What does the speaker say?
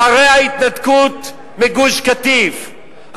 אחרי ההתנתקות בגוש-קטיף,